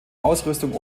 ausrüstung